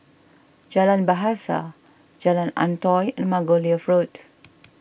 Jalan Bahasa Jalan Antoi and Margoliouth Road